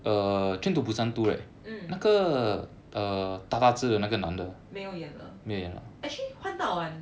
mm 没有演了 actually 换到完